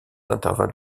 intervalle